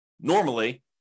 normally